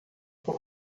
por